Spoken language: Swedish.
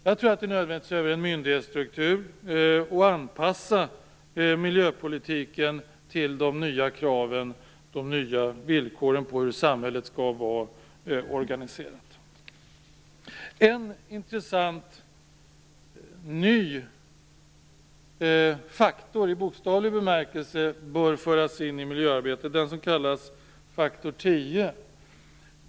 Jag tror att det är nödvändigt att se över myndighetsstrukturen och anpassa miljöpolitiken till de nya kraven på hur samhället skall vara organiserat. En intressant ny faktor - i bokstavlig bemärkelse - bör föras in i miljöarbetet, nämligen faktor 10.